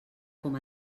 com